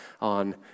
on